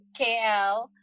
KL